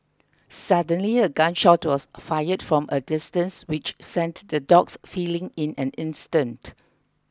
suddenly a gun shot was fired from a distance which sent the dogs fleeing in an instant